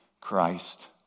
Christ